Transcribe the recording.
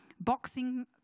boxing